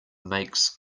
makes